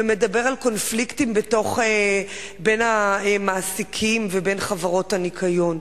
ומדבר על קונפליקטים בין המעסיקים ובין חברות הניקיון.